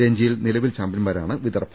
രഞ്ജിയിൽ നില വിലെ ചാമ്പ്യന്മാരാണ് വിദർഭ